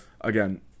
again